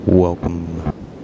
Welcome